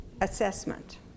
assessment